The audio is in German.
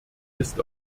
ist